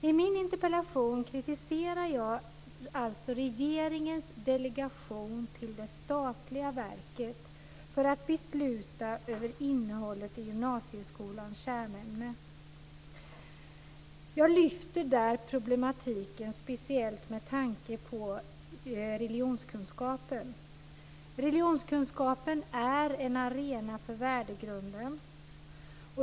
I min interpellation kritiserar jag alltså regeringens delegation till det statliga verket att besluta över innehållet i gymnasieskolans kärnämnen. Jag tänker speciellt på religionskunskapen. Religionskunskapen är en arena för värdegrunden.